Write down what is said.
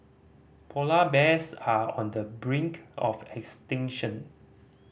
polar bears are on the brink of extinction